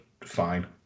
fine